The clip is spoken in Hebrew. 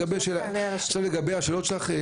עכשיו לגבי השאלות שלך.